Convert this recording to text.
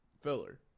Filler